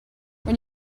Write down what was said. when